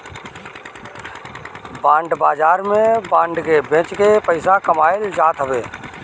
bond बाजार में bond के बेच के पईसा कमाईल जात हवे